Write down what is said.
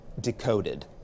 decoded